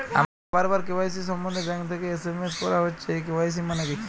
আমাকে বারবার কে.ওয়াই.সি সম্বন্ধে ব্যাংক থেকে এস.এম.এস করা হচ্ছে এই কে.ওয়াই.সি মানে কী?